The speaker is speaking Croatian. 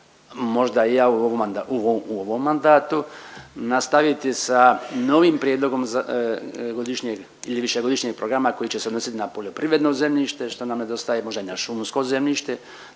mand… u ovom mandatu nastaviti sa novim prijedlogom godišnjeg ili višegodišnjeg programa koji će se odnositi na poljoprivredno zemljište što nam nedostaje, možda i na šumsko zemljište